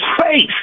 face